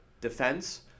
Defense